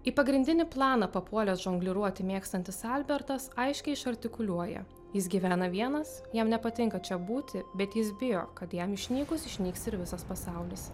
į pagrindinį planą papuolęs žongliruoti mėgstantis albertas aiškiai išartikuliuoja jis gyvena vienas jam nepatinka čia būti bet jis bijo kad jam išnykus išnyks ir visas pasaulis